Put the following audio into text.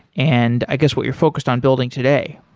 and i guess what you're focused on building today.